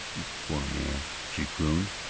you poor man! she crooned.